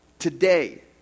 Today